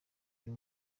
uyu